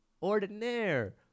Ordinaire